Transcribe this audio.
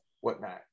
whatnot